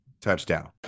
touchdown